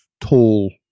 tall